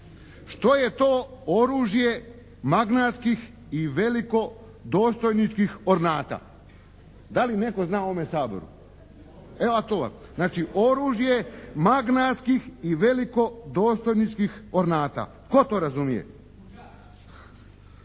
Što je to oružje magnatskih i velikodostojničkih ornata? Da li netko zna u ovome Saboru? Evo … /Govornik se ne razumije./ … Znači oružje magnatskih i velikodostojničkih ornata. Tko to razumije?